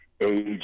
age